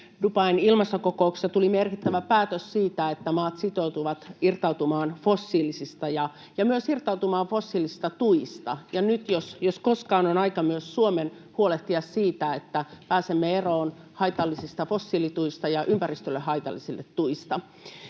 Dubain ilmastokokouksesta tuli merkittävä päätös siitä, että maat sitoutuvat irtautumaan fossiilisista ja myös irtautumaan fossiilisista tuista. Nyt jos koskaan on aika myös Suomen huolehtia siitä, että pääsemme eroon haitallisista fossiilituista ja ympäristölle haitallisista tuista.